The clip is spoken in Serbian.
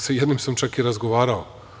Sa jednim sam čak i razgovarao.